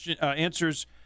answers